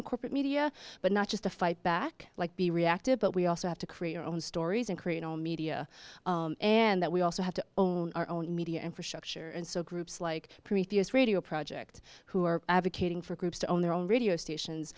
the corporate media but not just to fight back like be reactive but we also have to create our own stories and create all media and that we also have to own our own media infrastructure and so groups like previous radio project who are advocating for groups to own their own radio